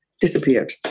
disappeared